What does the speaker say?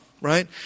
right